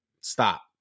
stop